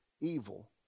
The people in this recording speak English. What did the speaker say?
evil